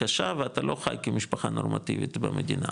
קשה ואתה לא חי כמשפחה נורמטיבית במדינה,